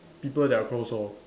people that are close lor